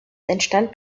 entstand